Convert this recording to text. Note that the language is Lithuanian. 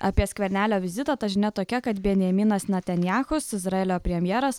apie skvernelio vizitą ta žinia tokia kad benjaminas netanjahus izraelio premjeras